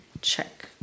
check